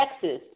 Texas